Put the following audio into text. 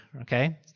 okay